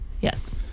Yes